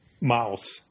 mouse